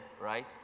right